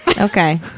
Okay